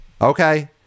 Okay